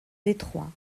détroit